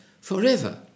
forever